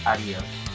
Adios